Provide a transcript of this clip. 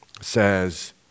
says